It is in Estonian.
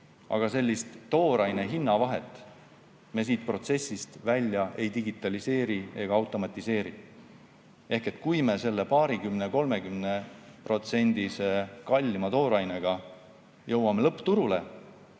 sellist hinnavahet me siit protsessist välja ei digitaliseeri ega automatiseeri. Ehk kui me selle paarikümne või kolmekümne protsendi võrra kallima toorainega jõuame lõppturule,